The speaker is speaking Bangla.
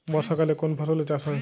বর্ষাকালে কোন ফসলের চাষ হয়?